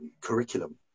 curriculum